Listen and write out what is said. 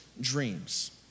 dreams